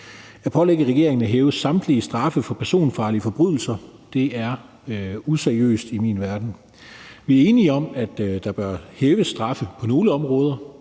At pålægge regeringen at hæve samtlige straffe for personfarlige forbrydelser er i min verden useriøst. Vi er enige i, at straffene bør hæves på nogle områder,